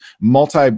multi